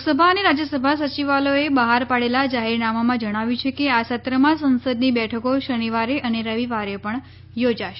લોકસભા અને રાજ્યસભા સચિવાલયોએ બહાર પાડેલા જાહેરનામામાં જણાવ્યું છે કે આ સત્રમાં સંસદની બેઠકો શનિવારે અને રવિવારે પણ યોજાશે